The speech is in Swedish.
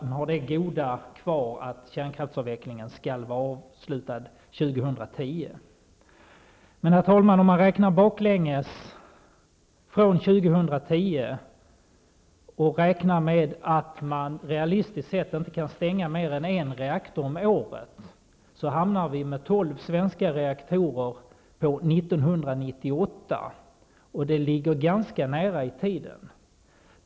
Man har det goda kvar att kärnkraftsavvecklingen skall vara avslutad år 2010. Men, herr talman, om man räknar baklänges från 2010 och räknar med att man realistiskt sett inte kan stänga mer än en reaktor om året hamnar vi med tolv svenska reaktorer på 1998, och det ligger ganska nära i tiden.